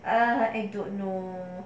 I really don't know